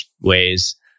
ways